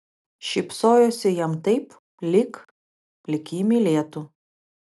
šypsojosi jam taip lyg lyg jį mylėtų